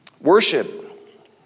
worship